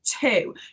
Two